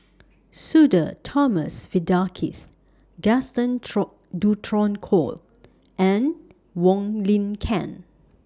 Sudhir Thomas Vadaketh Gaston Dutronquoy and Wong Lin Ken